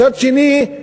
מצד שני,